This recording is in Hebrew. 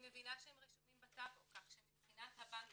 מבינה שהם רשומים בטאבו כך שמבחינת הבנק